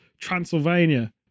Transylvania